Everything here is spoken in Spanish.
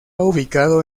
ubicado